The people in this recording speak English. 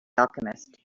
alchemist